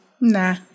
Nah